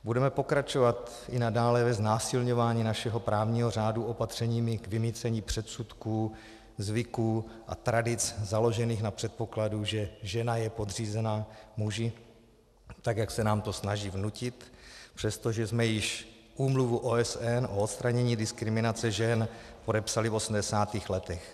Budeme pokračovat i nadále ve znásilňování našeho právního řádu opatřeními k vymýcení předsudků, zvyků a tradic založených na předpokladu, že žena je podřízena muži, jak se nám to snaží vnutit, přestože jsme již úmluvu OSN o odstranění diskriminace žen podepsali v osmdesátých letech?